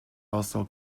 also